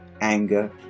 anger